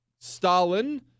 Stalin